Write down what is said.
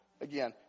Again